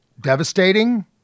devastating